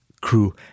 Crew